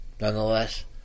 Nonetheless